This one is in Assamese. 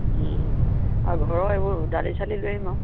আৰু ঘৰৰ এইবোৰ দালি চালি লৈ আহিম আৰু